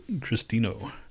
Christino